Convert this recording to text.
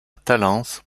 talence